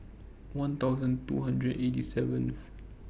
one thousand two hundred and eighty seventh